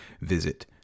visit